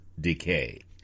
decay